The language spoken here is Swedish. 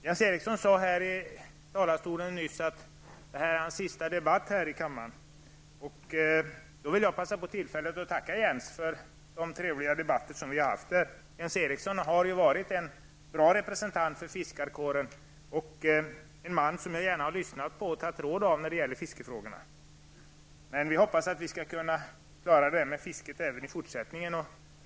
Jens Eriksson sade att detta var hans sista debatt här i kammaren. Jag vill passa på tillfället att tacka Jens Eriksson för de trevliga debatter som vi har haft. Jens Eriksson har varit en bra representant för fiskarkåren, och en man som jag gärna har lyssnat på och tagit emot råd av när det gäller fiskefrågor. Vi hoppas att vi skall klara frågorna om fisket även i fortsättningen.